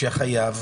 החייב,